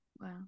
Wow